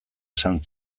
esan